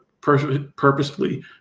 purposefully